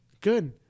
Good